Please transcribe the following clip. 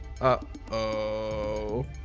Uh-oh